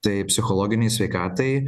tai psichologinei sveikatai